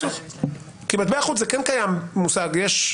מטבע חוץ, כן קיים מושג כזה.